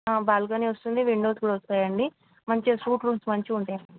balcony వస్తుంది windows కూడా వస్తాయండి మంచిగా సూట్ రూమ్స్ మంచిగా ఉంటాయి